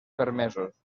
permesos